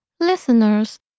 Listeners